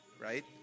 right